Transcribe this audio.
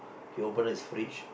he open his fridge